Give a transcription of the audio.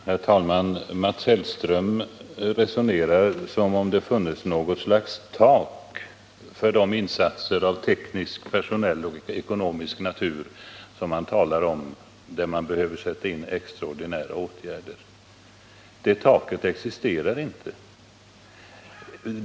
Herr talman! Mats Hellström resonerar som om det funnes något slags tak för de insatser av teknisk, personell och ekonomisk natur som här görs, och han frågar efter extraordinära åtgärder. Något sådant tak existerar inte.